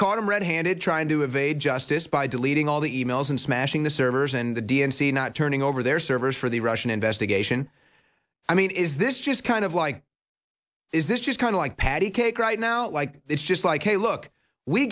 caught him red handed trying to evade justice by deleting all the e mails and smashing the servers and the d n c not turning over their servers for the russian investigation i mean is this just kind of like is this just kind of like pattycake right now like it's just like hey look we